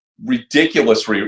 ridiculous